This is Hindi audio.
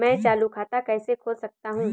मैं चालू खाता कैसे खोल सकता हूँ?